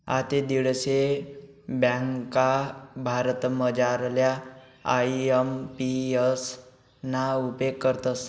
आते दीडशे ब्यांका भारतमझारल्या आय.एम.पी.एस ना उपेग करतस